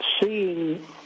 seeing